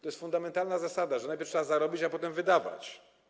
To jest fundamentalna zasada, że najpierw trzeba zarobić, a potem wydawać.